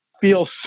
feel